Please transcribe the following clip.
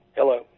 Hello